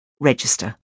register